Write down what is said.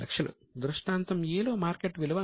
దృష్టాంతం A లో market విలువ 150 లక్షలు